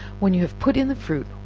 when you have put in the fruit,